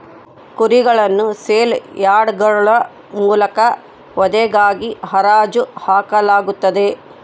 ಕುರಿಗಳನ್ನು ಸೇಲ್ ಯಾರ್ಡ್ಗಳ ಮೂಲಕ ವಧೆಗಾಗಿ ಹರಾಜು ಹಾಕಲಾಗುತ್ತದೆ